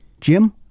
Jim